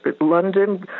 London